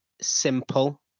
simple